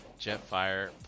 Jetfire